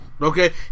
Okay